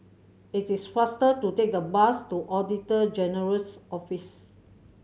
it is faster to take the bus to Auditor General's Office